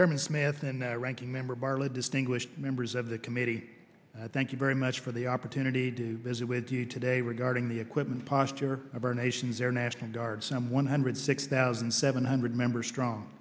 german smith and ranking member bartlett distinguished members of the committee thank you very much for the opportunity to visit with you today regarding the equipment posture of our nation's air national guard some one hundred six thousand seven hundred members strong